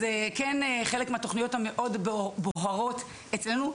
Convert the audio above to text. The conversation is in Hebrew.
אז חלק מהתוכניות המאוד בוערות אצלנו הוא